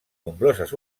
nombroses